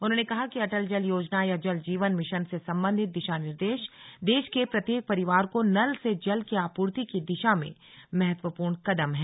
उन्होंने कहा कि अटल जल योजना या जल जीवन मिशन से संबंधित दिशा निर्देश देश के प्रत्येक परिवार को नल से जल की आपूर्ति की दिशा में महत्वपूर्ण कदम हैं